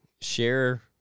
share